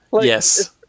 yes